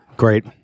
great